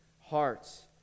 hearts